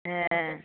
হ্যাঁ